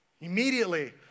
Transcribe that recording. Immediately